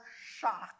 shock